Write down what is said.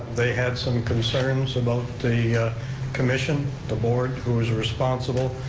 they had some concerns about the commission, the board, who was responsible,